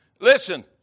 Listen